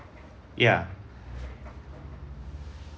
ya